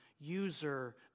user